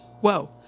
Whoa